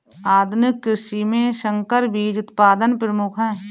आधुनिक कृषि में संकर बीज उत्पादन प्रमुख है